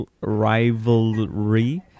rivalry